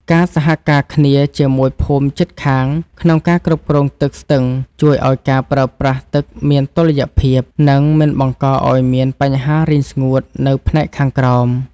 ការសហការគ្នាជាមួយភូមិជិតខាងក្នុងការគ្រប់គ្រងទឹកស្ទឹងជួយឱ្យការប្រើប្រាស់ទឹកមានតុល្យភាព និងមិនបង្កឱ្យមានបញ្ហារីងស្ងួតនៅផ្នែកខាងក្រោម។